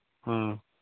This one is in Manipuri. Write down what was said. ꯎꯝ